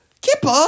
kipper